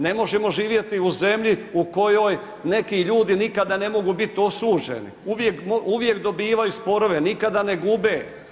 Ne možemo živjeti u zemlji u kojoj neki ljudi nikada ne mogu biti osuđeni, uvijek dobivaju sporove, nikada ne gube.